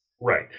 Right